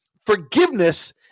Forgiveness